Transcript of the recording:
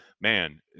man